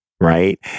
right